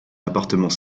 appartement